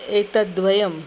एतद्वयम्